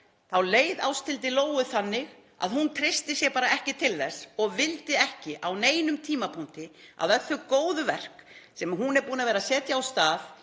þá leið Ásthildi Lóu þannig að hún bara treysti sér ekki til þess og vildi ekki á neinum tímapunkti að öll þau góðu verk sem hún er búin að vera að setja af stað